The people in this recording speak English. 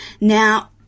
Now